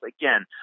Again